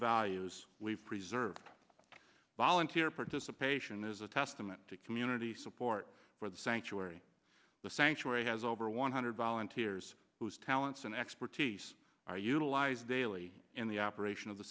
values we preserve volunteer participation is a testament to community support for the sanctuary the sanctuary has over one hundred volunteers whose talents and expertise are utilized daily in the operation of the